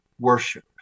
worship